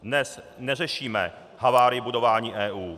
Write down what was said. Dnes neřešíme havárii budování EU.